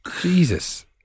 Jesus